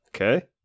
Okay